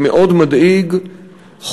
מדאיג מאוד,